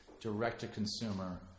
direct-to-consumer